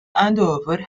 andover